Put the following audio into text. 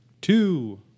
Two